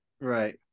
Right